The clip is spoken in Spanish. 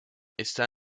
está